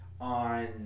on